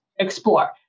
explore